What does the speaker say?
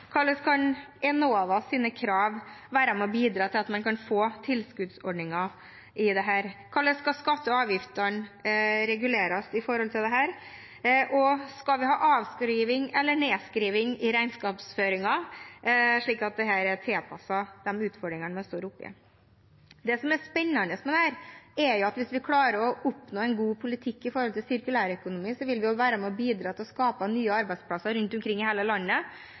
Hvordan kan Enovas krav være med og bidra til at man kan få tilskuddsordninger til dette? Hvordan skal skattene og avgiftene reguleres med hensyn til dette? Skal man ha avskriving eller nedskriving i regnskapsføringen, slik at dette er tilpasset de utfordringene man står oppi? Det som er spennende med dette, er at hvis vi klarer å oppnå en god politikk når det gjelder sirkulærøkonomi, vil vi være med og bidra til å skape nye arbeidsplasser rundt omkring i hele landet,